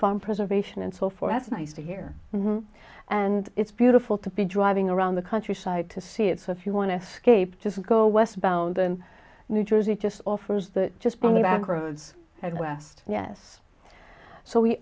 farm preservation and so forth nice to hear and it's beautiful to be driving around the countryside to see it so if you want to scape just go westbound and new jersey just offers that just down the back roads and west yes so we